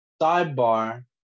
Sidebar